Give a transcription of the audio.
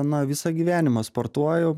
na visą gyvenimą sportuoju